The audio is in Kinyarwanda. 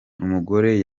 umugore